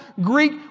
Greek